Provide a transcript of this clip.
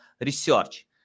research